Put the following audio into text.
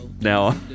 now